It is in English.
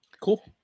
cool